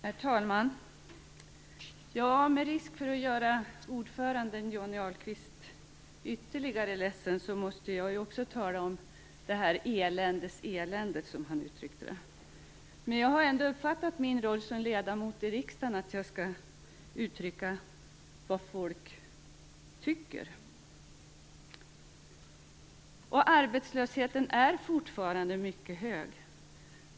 Herr talman! Med risk för att göra ordföranden Johnny Ahlqvist ännu mer ledsen måste jag också tala om "eländes elände" som han uttryckte det. Men jag har uppfattat min roll som ledamot i riksdagen så att jag skall uttrycka vad folk tycker. Arbetslösheten är fortfarande mycket hög.